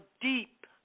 deep